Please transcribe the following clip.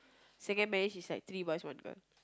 second marriage is like three boys one girl